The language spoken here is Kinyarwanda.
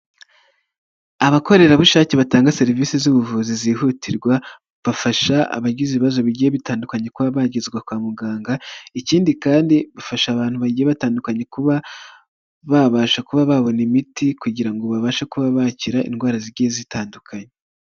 Abakorerabushake batanga serivisi z'ubuvuzi zihutirwa, bafasha abagize ibibazo bigiye bitandukanye kuba bagezwa kwa muganga, ikindi kandi bafasha abantu bagiye batandukanye kuba babasha kuba babona imiti kugira ngo babashe kuba bakira indwara zigiye zitandukanye.